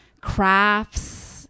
crafts